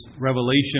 revelation